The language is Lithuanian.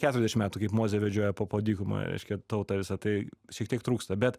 keturiasdešim metų kaip mozė vedžiojo po po dykumą reiškia tautą visą tai šiek tiek trūksta bet